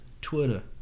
Twitter